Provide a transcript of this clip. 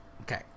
okay